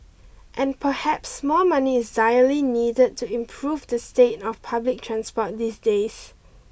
and perhaps more money is direly needed to improve the state of public transport these days